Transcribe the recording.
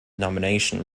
nomination